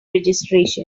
registration